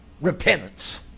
repentance